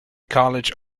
college